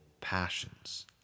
passions